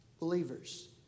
believers